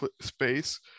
space